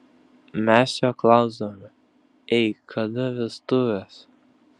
mes jo klausdavome ei kada vestuvės